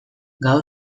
gaur